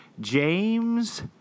James